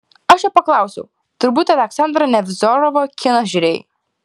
aš jo paklausiau turbūt aleksandro nevzorovo kiną žiūrėjai